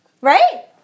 right